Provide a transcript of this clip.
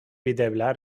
videbla